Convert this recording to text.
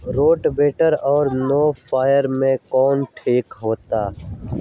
Rotavator और नौ फ़ार में कौन ठीक होतै?